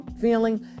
Feeling